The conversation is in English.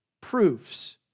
Proofs